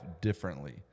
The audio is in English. differently